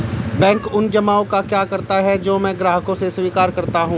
Bank उन जमाव का क्या करता है जो मैं ग्राहकों से स्वीकार करता हूँ?